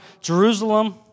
Jerusalem